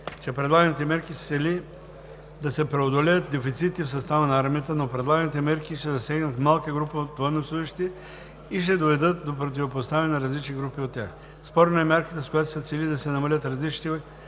че с предлаганите мерки се цели да се преодолеят дефицитите в състава на армията, но предлаганите мерки ще засегнат малка група от военнослужещите и ще доведат до противопоставяне на различни групи от тях. Спорна е мярката, с която се цели да се намалят различията